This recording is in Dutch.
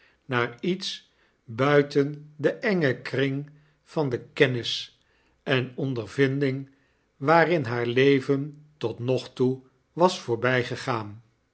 naar lets buiten den engen kring van de kennis en ondervinding waarin haar leven tot nog toe was voorbygegaan